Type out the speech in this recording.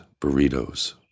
burritos